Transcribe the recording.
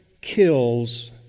kills